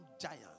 giant